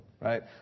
right